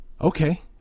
okay